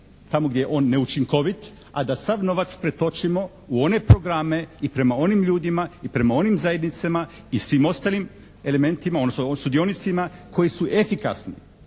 tamo gdje je on neučinkovit a da sav novac pretočimo u one programe i prema onim ljudima i prema onim zajednicama i svim ostalim elementima, odnosno sudionicima koji su efikasni.